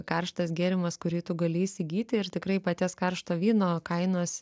karštas gėrimas kurį tu gali įsigyti ir tikrai paties karšto vyno kainos